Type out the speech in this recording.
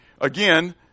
Again